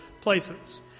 places